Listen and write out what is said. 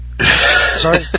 Sorry